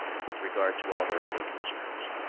with regard to all their other concerns.